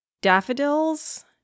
daffodils